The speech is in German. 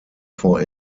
for